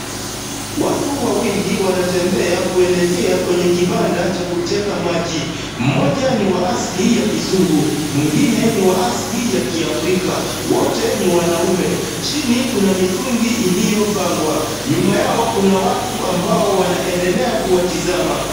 Watu wawili wanatembea kuelekea kwenye kibanda cha kuteka maji. Mmoja ni wa asili ya Kizungu mwengine ni wa asili ya Kiafrika wote ni wanaume. Chini kuna mitungi iliyopangwa. Nyuma yao kuna watu ambao wanaendelea kuwatizama.